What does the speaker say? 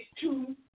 two